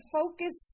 focus